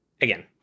again